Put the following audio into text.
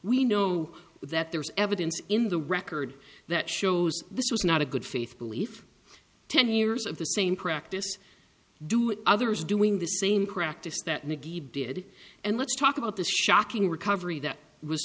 we know that there is evidence in the record that shows this was not a good faith belief ten years of the same practice do others doing the same practice that nikki did and let's talk about the shocking recovery that was